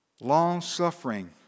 Long-suffering